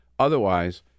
Otherwise